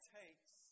takes